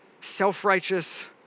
self-righteous